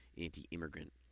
anti-immigrant